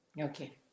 Okay